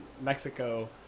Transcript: Mexico